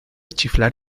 chiflar